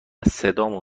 صدامو